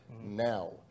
now